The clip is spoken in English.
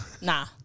nah